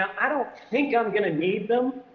i don't think i'm going to need them,